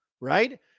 right